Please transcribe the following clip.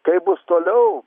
kaip bus toliau